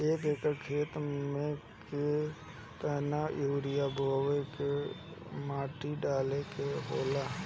एक एकड़ खेत में के केतना उर्वरक बोअत के माटी डाले के होला?